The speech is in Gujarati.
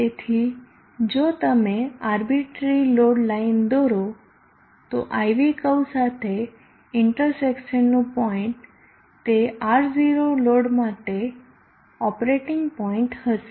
તેથી જો તમે આર્બીટ્રરી લોડ લાઇન દોરો તો IV કર્વ સાથે ઇન્ટરસેક્શનનું પોઈન્ટ તે R0 લોડ માટે ઓપરેટિંગ પોઈન્ટ હશે